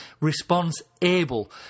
response-able